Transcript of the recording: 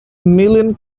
million